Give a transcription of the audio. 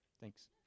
Thanks